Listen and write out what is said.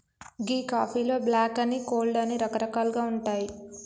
గీ కాఫీలో బ్లాక్ అని, కోల్డ్ అని రకరకాలుగా ఉంటాయి